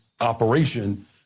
operation